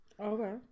Okay